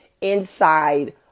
inside